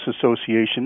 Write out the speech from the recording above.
Association